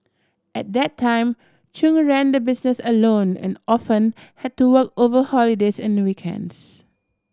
at that time Chung ran the business alone and often had to work over holidays and weekends